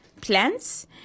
plants